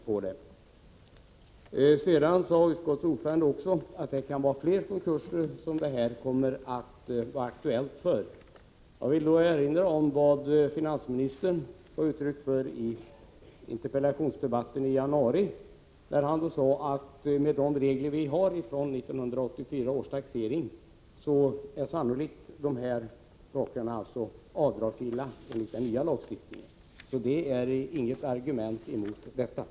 Utskottets ordförande sade också att det aktuella förfarandet kan bli aktuellt för fler konkurser. Jag vill med anledning härav erinra om vad finansministern framhöll i en interpellationsdebatt i januari, nämligen att med de nya regler som gäller fr.o.m. 1984 års taxering är sådana här förluster sannolikt avdragsgilla. Nya konkurser som inträffar är alltså inte något argument mot den begärda kompensationen.